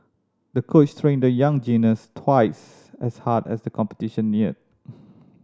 the coach trained the young gymnast twice as hard as the competition neared